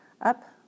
up